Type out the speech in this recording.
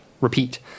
Repeat